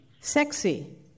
sexy